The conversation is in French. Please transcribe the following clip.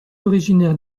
originaire